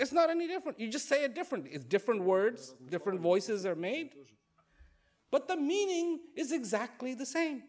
it's not any different you just say a different it's different words different voices are made but the meaning is exactly the same